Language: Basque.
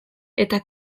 eta